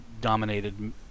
dominated